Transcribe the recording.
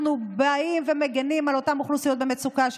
אנחנו מגינים על אותן אוכלוסיות במצוקה,